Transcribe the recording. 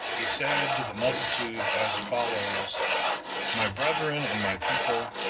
he said to the multitude as follows my brethren and my people,